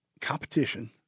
competition